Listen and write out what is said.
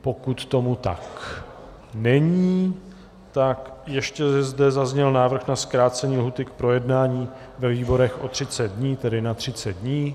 Pokud tomu tak není, tak ještě zde zazněl návrh na zkrácení lhůty k projednání ve výborech o 30 dní, tedy na 30 dní.